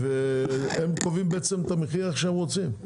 והם קובעים את המחיר איך שהם רוצים?